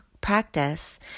practice